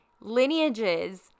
lineages